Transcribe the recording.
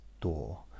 door